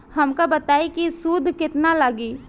हमका बताई कि सूद केतना लागी?